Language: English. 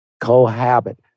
cohabit